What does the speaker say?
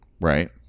right